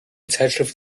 zeitschrift